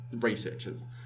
researchers